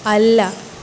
അല്ല